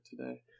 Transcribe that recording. today